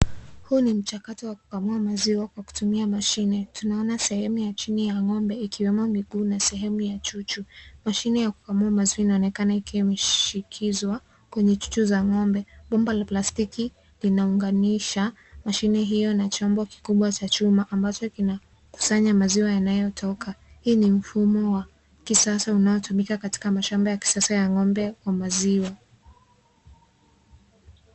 Huu ni mchakato wa kukamua maziwa kwa kutumia mashine, tunaona sehemu ya chini ya ng'ombe ikiwemo miguu na sehemu ya chuchu, mashine ya kukamua maziwa inaonekana ikiwaimeshikizwa kwenye chuchu za ng'ombe, bomba la plastiki linaunganisha mashine hiyo na chombo kikubwa cha chuma ambacho kinakusanya maziwa yanayotoka, hii ni mfumo wa kisasa unaotumika katika mashamba ya kisasa ya ng'ombe wa maziwa.